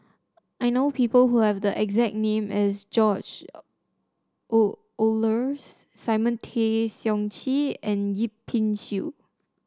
I know people who have the exact name as George Oehlers Simon Tay Seong Chee and Yip Pin Xiu